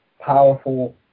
powerful